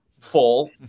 full